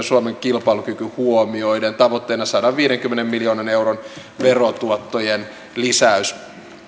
suomen kilpailukyky huomioiden tavoitteena sadanviidenkymmenen miljoonan euron verotuottojen lisäys